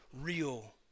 real